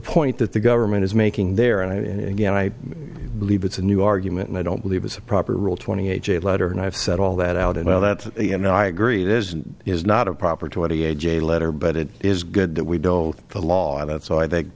point that the government is making there and again i believe it's a new argument and i don't believe it's a proper rule twenty eight j letter and i've said all that out and all that you know i agree it is is not a proper twenty a j letter but it is good that we built the law that so i think